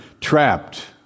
trapped